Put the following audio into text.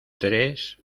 tres